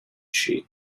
she